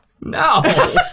No